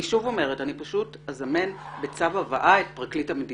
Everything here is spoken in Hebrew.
אני שוב אומרת שאני פשוט אזמן בצו הבאה את פרקליט המדינה.